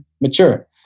mature